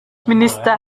minister